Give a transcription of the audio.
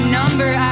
number